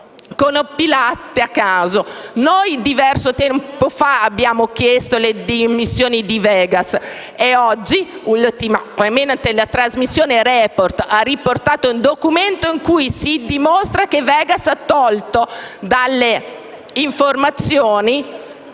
compilate a caso. Diverso tempo fa noi abbiamo chiesto le dimissioni di Vegas e ultimamente la trasmissione «Report» ha riportato un documento in cui si dimostra che Vegas ha tolto dalle informazioni